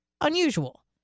unusual